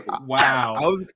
Wow